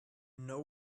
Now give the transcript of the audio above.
know